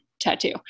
tattoo